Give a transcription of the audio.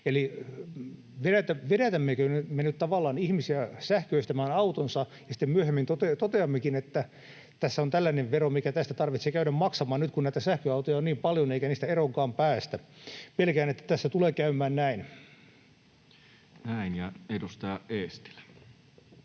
Eli vedätämmekö me nyt tavallaan ihmisiä sähköistämään autonsa ja sitten myöhemmin toteammekin, että tässä on tällainen vero, mikä tästä tarvitsee käydä maksamaan nyt, kun näitä sähköautoja on niin paljon eikä niistä eroonkaan päästä? Pelkään, että tässä tulee käymään näin. [Speech